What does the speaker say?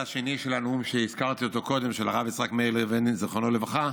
לוין, זיכרונו לברכה,